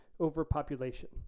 overpopulation